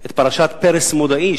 את פרשת פרס מודעי,